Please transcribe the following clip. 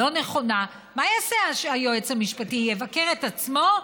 לא נכונה, מה יעשה היועץ המשפטי, יבקר את עצמו?